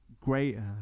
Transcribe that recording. greater